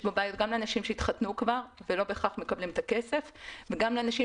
יש בו בעיות גם לאנשים שהתחתנו כבר ולא בהכרח מקבלים את הכסף וגם לאנשים